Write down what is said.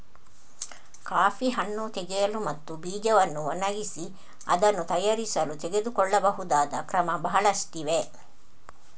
coffee ಹಣ್ಣು ತೆಗೆಯಲು ಮತ್ತು ಬೀಜವನ್ನು ಒಣಗಿಸಿ ಅದನ್ನು ತಯಾರಿಸಲು ತೆಗೆದುಕೊಳ್ಳಬಹುದಾದ ಕ್ರಮ ಬಹಳಷ್ಟಿವೆ